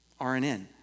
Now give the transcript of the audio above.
RNN